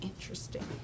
Interesting